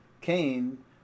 Cain